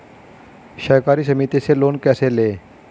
सहकारी समिति से लोन कैसे लें?